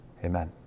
Amen